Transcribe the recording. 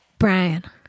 Brian